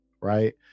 Right